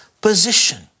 position